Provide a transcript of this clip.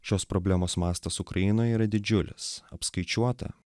šios problemos mastas ukrainoje yra didžiulis apskaičiuota